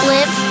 Live